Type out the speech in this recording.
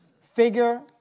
figure